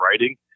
writing